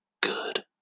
good